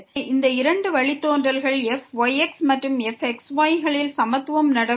எனவே இந்த இரண்டு வழித்தோன்றல்கள் fyx மற்றும் fxy திறந்த D டொமைனில் தொடர்ச்சியானவைகளாக சமத்துவம் நடக்கும்